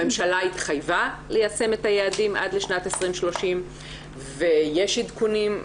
הממשלה התחייבה ליישם את היעדים עד לשנת 2030 ויש עדכונים,